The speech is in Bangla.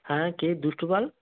হ্যাঁ কে দুষ্টু পাল